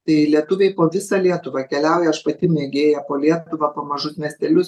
tai lietuviai po visą lietuvą keliauja aš pati mėgėja po lietuvą po mažus miestelius